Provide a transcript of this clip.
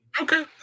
okay